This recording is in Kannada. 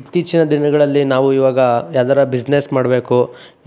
ಇತ್ತೀಚಿನ ದಿನಗಳಲ್ಲಿ ನಾವು ಇವಾಗ ಯಾವ್ದಾರೂ ಬಿಸ್ನೆಸ್ ಮಾಡಬೇಕು